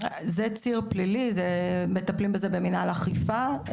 זה ציר פלילי, מטפלים בזה במנהל אכיפה.